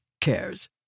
cares